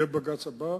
יהיה הבג"ץ הבא,